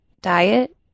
diet